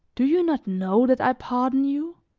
do you not know that i pardon you?